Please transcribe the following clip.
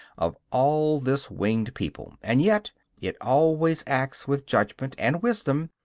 of all this winged people and yet it always acts with judgment and wisdom,